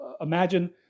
imagine